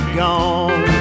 gone